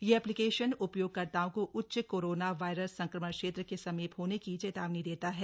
यह एप्लीकेशन उपयोगकर्ताओं को उच्च कोरोना वायरस संक्रमण क्षेत्र के समीप होने की चेतावनी देता है